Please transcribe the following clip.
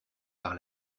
par